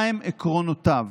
מהם עקרונותיו?